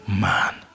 man